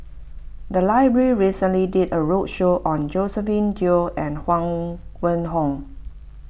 the library recently did a roadshow on Josephine Teo and Huang Wenhong